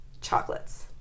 chocolates